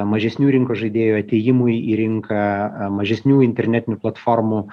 mažesnių rinkos žaidėjų atėjimui į rinką mažesnių internetinių platformų